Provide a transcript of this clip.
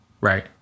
right